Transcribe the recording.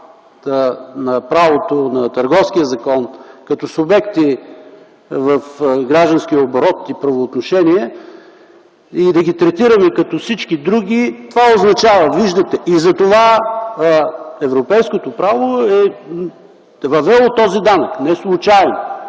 на правото, на Търговския закон като субекти в гражданския оборот и правоотношения и да ги третираме като всички други” – това означава, виждате. Европейското право е въвело този данък неслучайно,